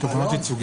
הישיבה נעולה.